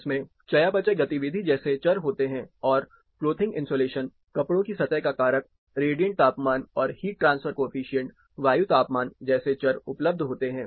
इसमें चयापचय गतिविधि जैसे चर होते हैंऔर क्लॉथिंग इंसुलेशन कपड़ों की सतह का कारक रेडिएंट तापमान और हीट ट्रांसफर कॉएफिशिएंट वायु तापमान जैसे चर उपलब्ध होते है